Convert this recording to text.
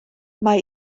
mae